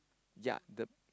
ya the